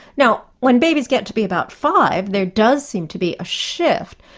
now, when babies get to be about five, there does seem to be a shift,